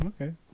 Okay